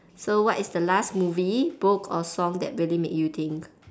so what is the last movie book or song that really make you think